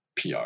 pr